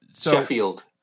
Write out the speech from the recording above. Sheffield